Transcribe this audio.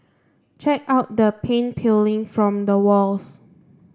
check out the paint peeling from the walls